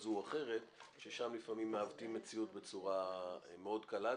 כזו או אחרת ששם לפעמים מעוותים מציאות בצורה מאוד קלה.